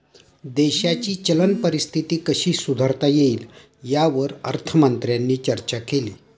देशाची चलन परिस्थिती कशी सुधारता येईल, यावर अर्थमंत्र्यांनी चर्चा केली